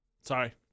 sorry